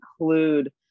include